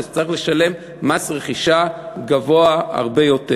תצטרך לשלם מס רכישה גבוה הרבה יותר.